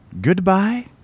Goodbye